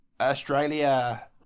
Australia